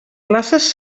places